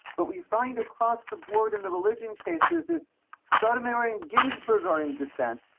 what we find across the board in the religion cases is sotomayor and ginsburg are in dissent.